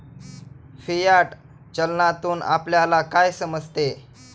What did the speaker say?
Fiat चलनातून आपल्याला काय समजते?